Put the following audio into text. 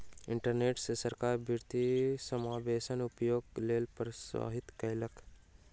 internet सॅ सरकार वित्तीय समावेशक उपयोगक लेल प्रोत्साहित कयलक